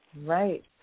right